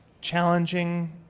challenging